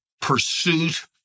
pursuit